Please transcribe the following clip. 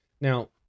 Now